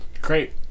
Great